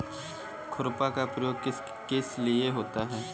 खुरपा का प्रयोग किस लिए होता है?